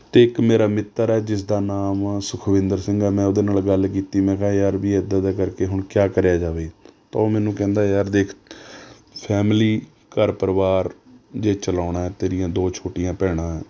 ਅਤੇ ਇੱਕ ਮੇਰਾ ਮਿੱਤਰ ਹੈ ਜਿਸ ਦਾ ਨਾਮ ਸੁਖਵਿੰਦਰ ਸਿੰਘ ਹੈ ਮੈਂ ਉਹਦੇ ਨਾਲ ਗੱਲ ਕੀਤੀ ਮੈਂ ਕਿਹਾ ਯਾਰ ਵੀ ਇੱਦਾਂ ਇੱਦਾਂ ਕਰਕੇ ਹੁਣ ਕਿਆ ਕਰਿਆ ਜਾਵੇ ਤਾਂ ਉਹ ਮੈਨੂੰ ਕਹਿੰਦਾ ਯਾਰ ਦੇਖ ਫੈਮਿਲੀ ਘਰ ਪਰਿਵਾਰ ਜੇ ਚਲਾਉਣਾ ਤੇਰੀਆਂ ਦੋ ਛੋਟੀਆਂ ਭੈਣਾਂ